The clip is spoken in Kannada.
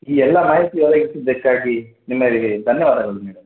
ಈ ಎಲ್ಲ ಮಾಹಿತಿ ಒದಗಿಸಿದ್ದಕ್ಕಾಗಿ ನಿಮ್ಮ ಧನ್ಯವಾದಗಳು ಮೇಡಮ್